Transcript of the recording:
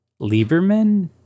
Lieberman